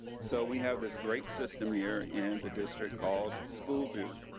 so we have this great system here in the district called school do.